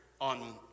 on